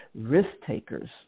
risk-takers